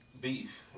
Beef